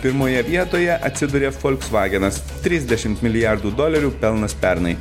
pirmoje vietoje atsiduria folksvagenas trisdešimt milijardų dolerių pelnas pernai